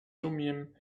thummim